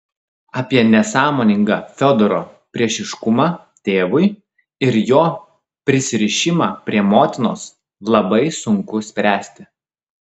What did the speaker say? apie nesąmoningą fiodoro priešiškumą tėvui ir jo prisirišimą prie motinos labai sunku spręsti